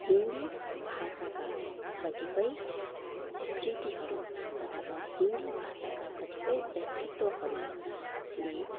हिन्दी भाषाका कतिपय कृतिहरू अथवा हिन्दी भाषाका कतिपय व्यक्तित्वहरूले